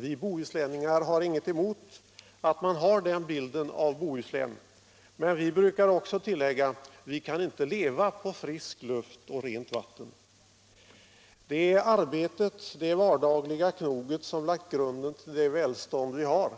Vi bohuslänningar har ingenting emot att man har den bilden av Bohuslän, men vi brukar också tillägga: Vi kan inte leva på frisk luft och rent vatten. Det är arbetet, det vardagliga knoget, som lagt grunden till det välstånd vi har,